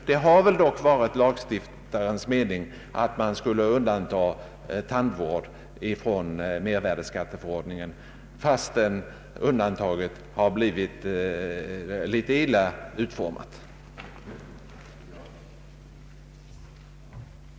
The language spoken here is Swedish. Det har väl dock varit lagstiftarnas mening att tandvård skulle vara undantagen från mervärdeskatt, fastän undantaget blivit illa utformat i mervärdeskatteförordningen?